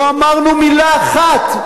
לא אמרנו מלה אחת.